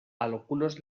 algunos